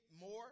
more